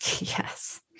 Yes